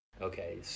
Okay